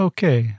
Okay